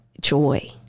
joy